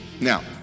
Now